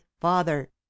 father